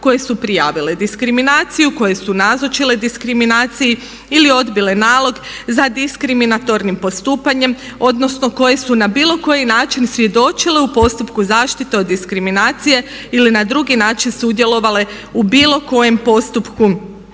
koje su prijavile diskriminaciju, koje su nazočile diskriminaciji ili odbile nalog za diskriminatornim postupanjem odnosno koje su na bilo koji način svjedočile u postupku zaštite od diskriminacije ili na drugi način sudjelovale u bilo kojem postupku